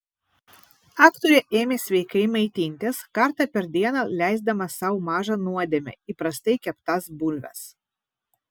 aktorė ėmė sveikai maitintis kartą per dieną leisdama sau mažą nuodėmę įprastai keptas bulves